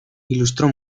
ilustró